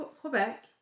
Quebec